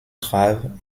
grave